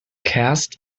cast